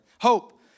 Hope